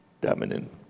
dominant